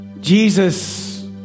Jesus